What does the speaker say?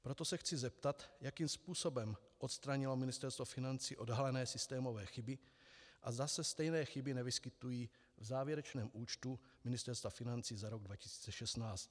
Proto se chci zeptat, jakým způsobem odstranilo Ministerstvo financí odhalené systémové chyby a zda se stejné chyby nevyskytují v závěrečném účtu Ministerstva financí za rok 2016.